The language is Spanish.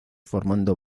formando